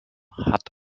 hat